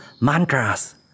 mantras